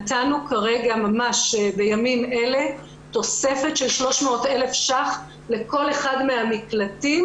ממש בימים אלה נתנו תוספת של 300,000 ₪ לכל אחד מהמקלטים.